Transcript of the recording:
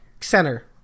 Center